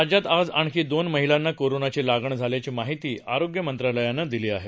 राज्यात आज आणखी दोन महिलांना कोरोनाची लागण झाल्याची माहिती आरोग्य मंत्रालयानं दिली आहे